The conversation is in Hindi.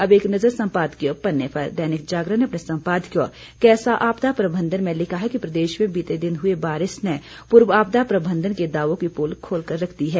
अब एक नज़र सम्पादकीय पन्ने पर दैनिक जागरण ने अपने सम्पादकीय कैसा आपदा प्रबंधन में लिखा है कि प्रदेश में बीते दिन हुई बारिश ने पूर्व आपदा प्रबंधन के दावों की पोल खोल दी है